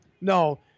No